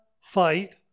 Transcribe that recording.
fight